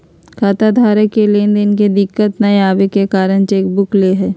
खाताधारक के लेन देन में दिक्कत नयय अबे के कारण चेकबुक ले हइ